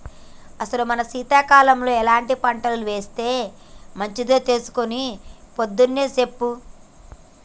అసలు మనం సీతకాలంలో ఎలాంటి పంటలు ఏస్తే మంచిదో తెలుసుకొని పొద్దున్నే సెప్పు